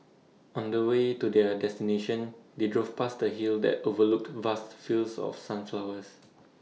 on the way to their destination they drove past A hill that overlooked vast fields of sunflowers